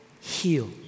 heal